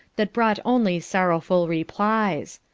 that brought only sorrowful replies.